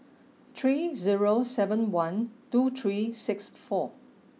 three zero seven one two three six four